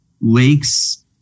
lakes